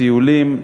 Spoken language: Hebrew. טיולים,